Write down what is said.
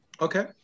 Okay